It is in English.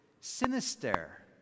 sinister